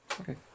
Okay